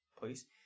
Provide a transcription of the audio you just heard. please